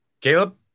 Caleb